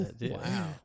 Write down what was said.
Wow